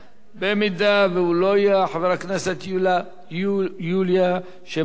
אם הוא לא יהיה, חברת הכנסת יוליה שמאלוב-ברקוביץ.